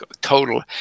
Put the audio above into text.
total